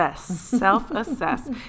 Self-assess